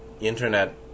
internet